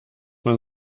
man